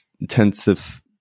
intensive